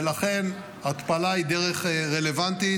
ולכן התפלה היא דרך רלוונטית,